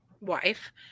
wife